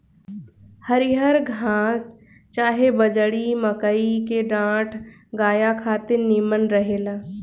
हरिहर घास चाहे बजड़ी, मकई के डांठ गाया खातिर निमन रहेला